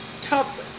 tough